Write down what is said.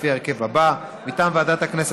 לפי ההרכב הזה: מטעם ועדת הכנסת,